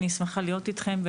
אני שמחה להיות אתכם,